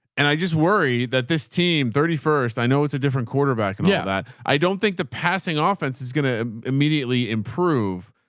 and i just worry that this team thirty first, i know it's a different quarterback and all yeah that. i don't think the passing offense is going to immediately improve.